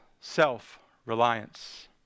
self-reliance